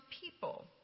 people